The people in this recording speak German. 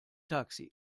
taxi